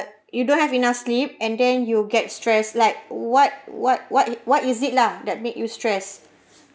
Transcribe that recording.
you don't have enough sleep and then you'll get stressed like what what what i~ what is it lah that make you stress